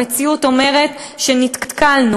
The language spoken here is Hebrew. המציאות אומרת שנתקלנו,